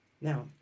Now